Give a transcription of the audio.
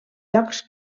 llocs